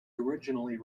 originally